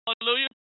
Hallelujah